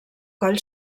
coll